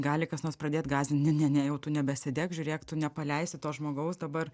gali kas nors pradėt gąsdint ne ne ne jau tu nebesidek žiūrėk tu nepaleisi to žmogaus dabar